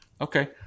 Okay